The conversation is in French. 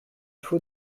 faut